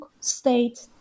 state